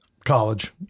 college